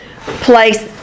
place